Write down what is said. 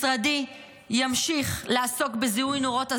משרדי ימשיך לעסוק בזיהוי נורות אזהרה,